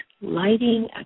lighting